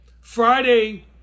Friday